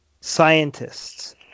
scientists